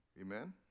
Amen